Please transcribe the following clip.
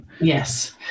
Yes